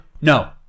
No